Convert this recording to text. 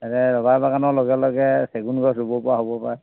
এনে ৰবাৰ বাগানৰ লগে লগে চেগুন গছ ৰুব পৰা হ'ব পাৰে